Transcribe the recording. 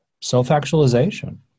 self-actualization